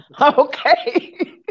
Okay